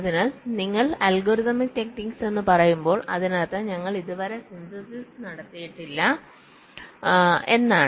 അതിനാൽ നിങ്ങൾ algorithmic technique എന്ന് പറയുമ്പോൾ അതിനർത്ഥം ഞങ്ങൾ ഇതുവരെ സിന്തസിസ് നടത്തിയിട്ടില്ല എന്നാണ്